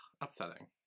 upsetting